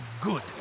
Good